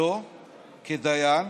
מתפקידו כדיין,